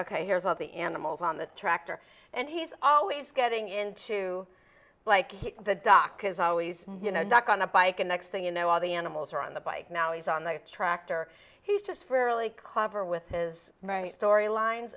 ok here's all the animals on the tractor and he's always getting into like the doctor's always you know duck on a bike and next thing you know all the animals are on the bike now he's on the tractor he's just for a like cover with his story lines